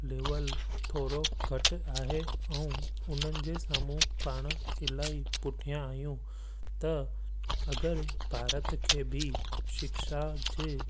level थोरो घटि आहे ऐं उन्हनि जे साम्हूं पाणि इलाही पुठिया आहियूं त अगरि भारत खे बि शिक्षा जे